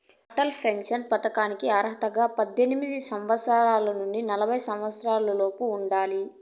Atal pension పథకానికి అర్హతగా పద్దెనిమిది సంవత్సరాల నుండి నలభై సంవత్సరాలలోపు ఉండాలి